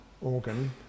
organ